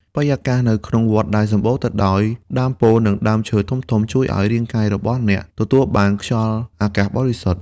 បរិយាកាសនៅក្នុងវត្តដែលសំបូរទៅដោយដើមពោធិ៍ និងដើមឈើធំៗ ជួយឱ្យរាងកាយរបស់អ្នកទទួលបានខ្យល់អាកាសបរិសុទ្ធ។